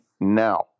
Now